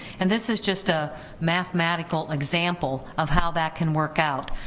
and this is just a mathematical example of how that can work out,